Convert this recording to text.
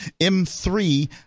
M3